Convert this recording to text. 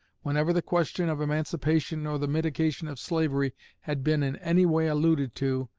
whenever the question of emancipation or the mitigation of slavery had been in any way alluded to,